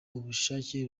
ubushake